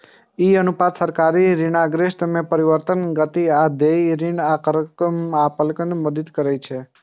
ई अनुपात सरकारी ऋणग्रस्तता मे परिवर्तनक गति आ देय ऋणक आकार आकलन मे मदति करै छै